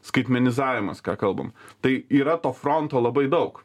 skaitmenizavimas ką kalbam tai yra to fronto labai daug